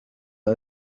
إلى